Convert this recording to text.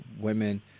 women